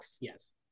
Yes